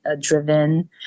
driven